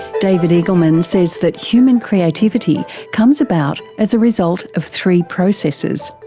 david eagleman says that human creativity comes about as a result of three processes.